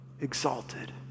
exalted